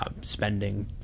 spending